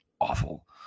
awful